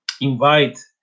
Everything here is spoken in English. invite